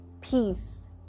peace